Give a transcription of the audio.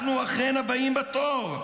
אנחנו אכן הבאים בתור,